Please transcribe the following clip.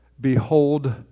Behold